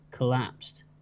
collapsed